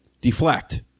deflect